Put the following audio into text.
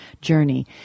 journey